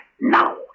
Now